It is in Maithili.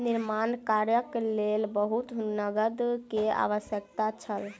निर्माण कार्यक लेल बहुत नकद के आवश्यकता छल